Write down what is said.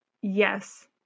Yes